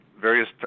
various